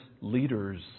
leaders